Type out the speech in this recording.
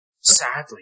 sadly